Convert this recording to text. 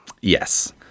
Yes